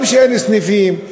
גם אין סניפים,